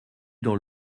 dans